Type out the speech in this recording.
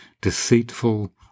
deceitful